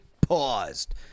paused